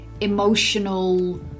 emotional